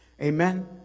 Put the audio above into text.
Amen